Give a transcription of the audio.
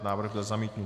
Návrh byl zamítnut.